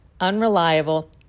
unreliable